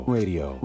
Radio